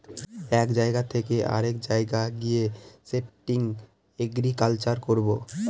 এক জায়গা থকে অরেক জায়গায় গিয়ে শিফটিং এগ্রিকালচার করবো